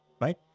right